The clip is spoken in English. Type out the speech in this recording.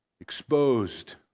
exposed